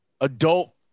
adult